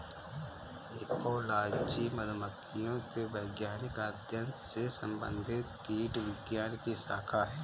apiology मधुमक्खियों के वैज्ञानिक अध्ययन से संबंधित कीटविज्ञान की शाखा है